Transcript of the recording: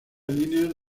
líneas